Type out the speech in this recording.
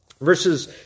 verses